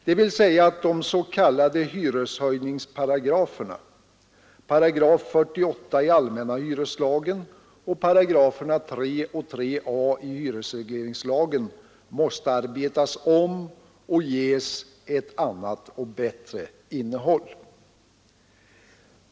De s.k. hyreshöjningsparagraferna, 48 § i allmänna hyreslagen och 3 och 3 a §§ i hyresregleringslagen, måste arbetas om och ges ett annat och bättre innehåll.